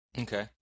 Okay